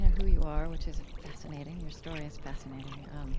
who you are which is fascinating. your story is fascinating. um